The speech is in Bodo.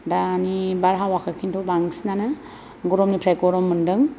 दानि बारहावाखौ किन्तु बांसिनानो गरमनिफ्राय गरम मोनदों